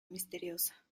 misteriosa